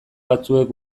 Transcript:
batzuek